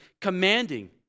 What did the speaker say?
commanding